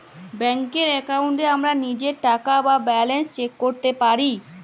ব্যাংকের এক্কাউন্টে আমরা লীজের টাকা বা ব্যালান্স চ্যাক ক্যরতে পারি